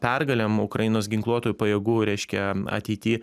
pergalėm ukrainos ginkluotųjų pajėgų reiškia ateity